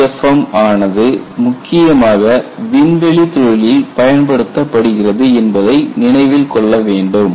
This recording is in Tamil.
LEFM ஆனது முக்கியமாக விண்வெளித் தொழிலில் பயன்படுத்தப்படுகிறது என்பதை நினைவில் கொள்ள வேண்டும்